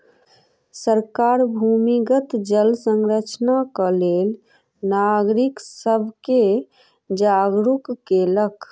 सरकार भूमिगत जल संरक्षणक लेल नागरिक सब के जागरूक केलक